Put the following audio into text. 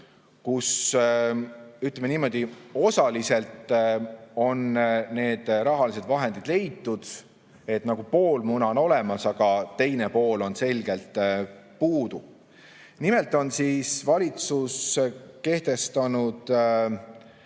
kus, ütleme niimoodi, osaliselt on need rahalised vahendid leitud, nagu pool muna on olemas, aga teine pool on selgelt puudu. Nimelt on valitsus kehtestanud